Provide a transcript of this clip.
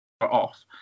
off